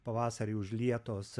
pavasarį užlietos